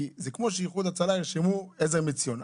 זה כמו שאיחוד הצלה ירשמו עזר מציון.